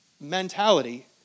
mentality